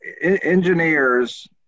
engineers